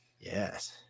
Yes